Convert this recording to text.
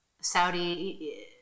Saudi